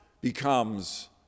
becomes